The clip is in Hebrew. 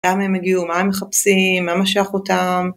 למה הם הגיעו? מה הם מחפשים? מה משך אותם?